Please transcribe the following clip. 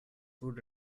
would